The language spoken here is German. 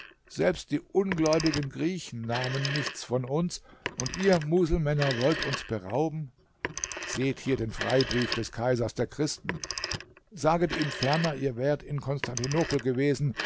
selbst die ungläubigen griechen nahmen nichts von uns und ihr muselmänner wollt uns berauben seht hier den freibrief des kaisers der christen saget ihm ferner ihr wärt in konstantinopel gewesen